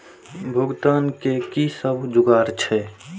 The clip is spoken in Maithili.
भुगतान के कि सब जुगार छे?